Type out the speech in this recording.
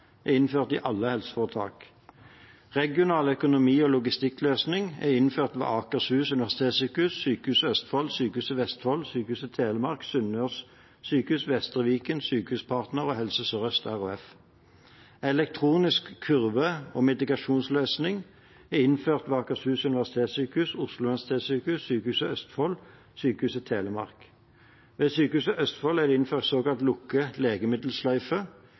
er innført i alle helseforetak. Regional økonomi- og logistikkløsning er innført ved Akershus universitetssykehus, Sykehuset Østfold, Sykehuset i Vestfold, Sykehuset Telemark, Sunnaas sykehus, Vestre Viken, Sykehuspartner og Helse Sør-Øst RHF. Elektronisk kurve- og medikasjonsløsning er innført ved Akershus universitetssykehus, Oslo universitetssykehus, Sykehuset Østfold og Sykehuset Telemark. Ved Sykehuset Østfold er det innført såkalt lukket legemiddelsløyfe.